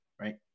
right